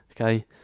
okay